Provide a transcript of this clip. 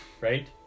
Right